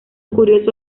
curioso